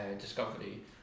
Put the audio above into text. discovery